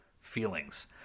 feelings